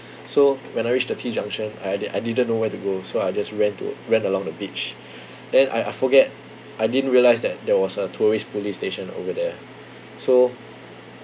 so when I reached the T junction I'd I didn't know where to go so I just ran to ran along the beach then I I forget I didn't realise that there was a tourist police station over there so